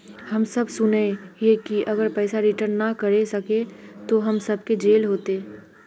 हम सब सुनैय हिये की अगर पैसा रिटर्न ना करे सकबे तो हम सब के जेल होते?